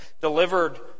delivered